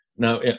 Now